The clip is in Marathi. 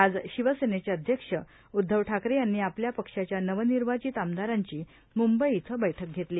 आज शिवसेनेचे अध्यक्ष उद्धव ठाकरे यांनी आपल्या पक्ष्याच्या नवनिर्वाचित आमदारांची मंबई इथं बैठक घेतली